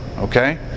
okay